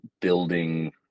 building